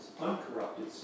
uncorrupted